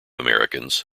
americans